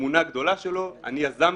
תמונה גדולה שלו: אני יזמתי,